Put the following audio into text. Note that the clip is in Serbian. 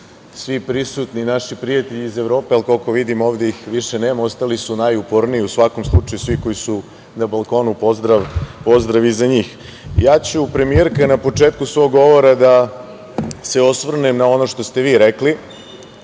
svi prisutni naši prijatelji iz Evrope, ali koliko vidim ovde ih više nema, ostali su najuporniji u svakom slučaju, svi koji su na balkonu, pozdrav i za njih. Ja ću premijerka na početku svog govora da se osvrnem na ono što ste vi rekli,